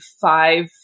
five